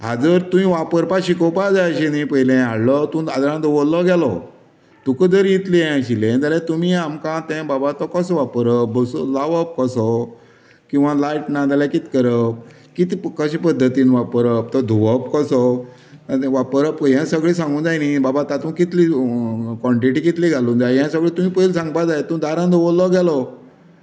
हाजो अर्थ तुवेंन वापरपाक शिकोवपा जाय अशें न्ही पयलें हाडलो तूं दारां दवरलो गेलो तुकां जर हें इतलें हें आशिल्लें जाल्यार तुमी आमकां तें बाबा तो कसो वापरप बसून लावप कसो किंवां लायट ना जाल्यार कितें करप कितें कशें पद्दतीन वापरप तो धुंवप कसो आनी वापरप हें सगळें सांगू जाय न्ही बाबा तातूंत कितलें क्वॉन्टिटि कितली घालू जाय हें सगळें पयली सांगपाक जाय तूं दारां दवरलो गेलो